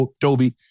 Toby